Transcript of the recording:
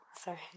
sorry